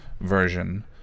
version